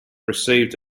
received